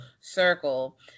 circle